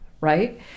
right